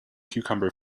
cucumber